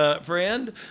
Friend